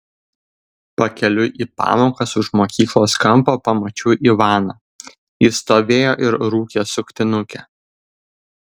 pakeliui į pamokas už mokyklos kampo pamačiau ivaną jis stovėjo ir rūkė suktinukę